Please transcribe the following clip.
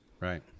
Right